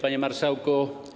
Panie Marszałku!